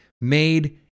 made